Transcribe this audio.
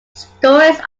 stories